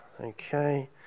Okay